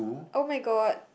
[oh]-my-god